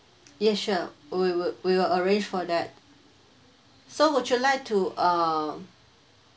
ya sure we will we will arrange for that so would you like to uh